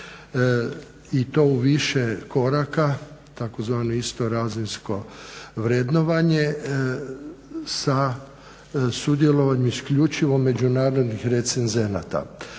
i to u više koraka, tzv. istorazinsko vrednovanje sa sudjelovanjem isključivo međunarodnih recenzenata.